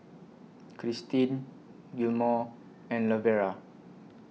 Christin Gilmore and Lavera